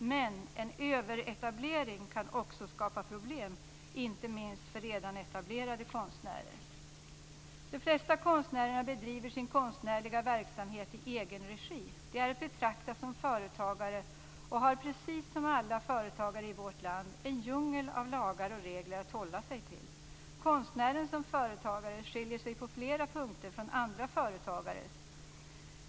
Men en överetablering kan också skapa problem, inte minst för redan etablerade konstnärer. De flesta konstnärer bedriver sin konstnärliga verksamhet i egen regi. De är att betrakta som företagare och har precis som alla företagare i vårt land en djungel av lagar och regler att hålla sig till. Konstnären som företagare skiljer sig på flera punkter från andra företagare.